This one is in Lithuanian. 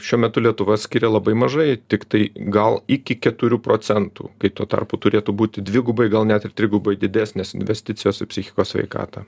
šiuo metu lietuva skiria labai mažai tiktai gal iki keturių procentų kai tuo tarpu turėtų būti dvigubai gal net ir trigubai didesnės investicijos į psichikos sveikatą